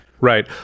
Right